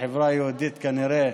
החברה היהודית כנראה